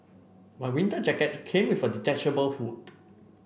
my winter jacket came with a detachable hood